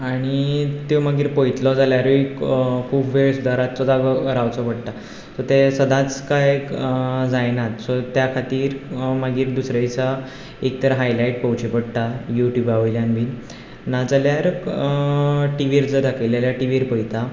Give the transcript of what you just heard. आनी त्यो मागीर पळयतलो जाल्यारूय खूब वेळ सुद्दां रातचो जागो रावचो पडटा सो तें सदांच कांय जायना सो त्या खातीर मागीर दुसऱ्या दिसा एक तर हायलायट पळोवची पडटा यूट्यूबावयल्यान बीन ना जाल्यार टीवीर जर दाखयलें जाल्यार टीवीर पळयतां